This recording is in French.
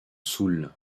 saoul